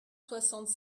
soixante